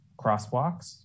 crosswalks